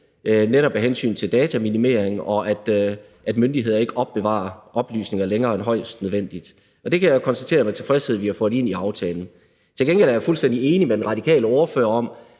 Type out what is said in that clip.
netop af hensyn til dataminimering, og at myndigheder ikke opbevarer oplysninger længere end højst nødvendigt. Og det kan jeg med tilfredshed konstatere at vi har fået ind i aftalen. Til gengæld er jeg fuldstændig enig med den radikale ordfører i,